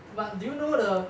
but do you know the